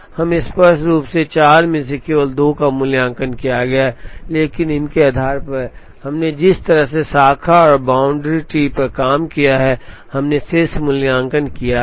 हमने स्पष्ट रूप से चार में से केवल दो का मूल्यांकन किया है लेकिन इनके आधार पर हमने जिस तरह से शाखा और बाउंड ट्री पर काम किया है हमने शेष का मूल्यांकन किया है